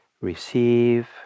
receive